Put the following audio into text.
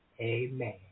Amen